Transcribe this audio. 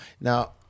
Now